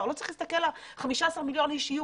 לא צריך להסתכל על 15 מיליון אנשים שיהיו